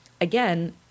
again